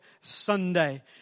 Sunday